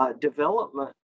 development